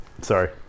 sorry